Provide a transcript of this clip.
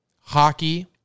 hockey